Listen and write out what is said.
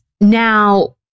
Now